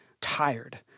tired